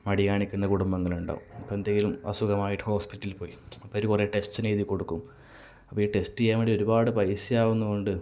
മടി കാണിക്കുന്ന കുടുംബങ്ങളുണ്ടാവും അപ്പം എന്ത് ചെയ്യും അസുഖമായിട്ട് ഹോസ്പിറ്റലിൽ പോയി അപ്പ അവര് കുറെ ടെസ്റ്റിന് എഴുതി കൊടുക്കും അപ്പം ഈ ടെസ്റ്റ് ചെയ്യാൻ വേണ്ടി ഒരുപാട് പൈസയാകുന്ന കൊണ്ട്